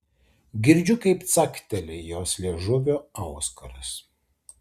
girdžiu kaip cakteli jos liežuvio auskaras